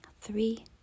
three